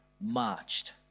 marched